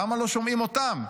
למה לא שומעים אותם?